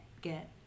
get